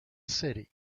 city